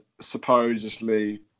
supposedly